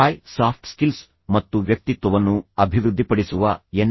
hi soft skills ಮತ್ತು ವ್ಯಕ್ತಿತ್ವವನ್ನು ಅಭಿವೃದ್ಧಿಪಡಿಸುವ ಎನ್